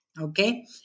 okay